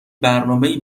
برنامهای